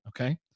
Okay